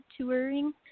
touring